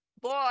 boy